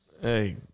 Hey